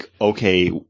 okay